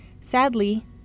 Sadly